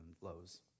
lows